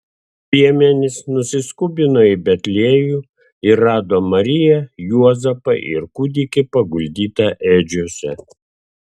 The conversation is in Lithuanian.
piemenys nusiskubino į betliejų ir rado mariją juozapą ir kūdikį paguldytą ėdžiose